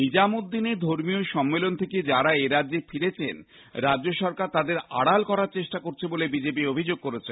নিজামুদ্দিনের ধর্মীয় সম্মেলন থেকে যারা এরাজ্যে ফিরেছেন রাজ্য সরকার তাদের আড়াল করার চেষ্টা করছে বলে বিজেপি অভিযোগ করেছে